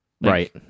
Right